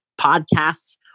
podcasts